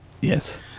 yes